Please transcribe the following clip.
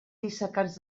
dissecats